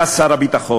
אתה, שר הביטחון,